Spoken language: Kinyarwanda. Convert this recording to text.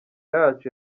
yacu